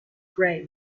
gray